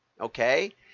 Okay